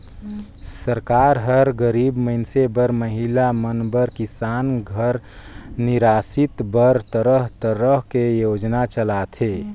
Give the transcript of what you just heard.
सरकार हर गरीब मइनसे बर, महिला मन बर, किसान घर निरासित बर तरह तरह के योजना चलाथे